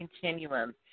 continuum